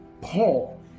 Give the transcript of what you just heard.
Paul